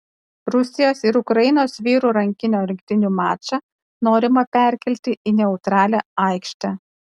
rusijos ir ukrainos vyrų rankinio rinktinių mačą norima perkelti į neutralią aikštę